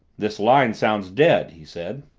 this line sounds dead, he said.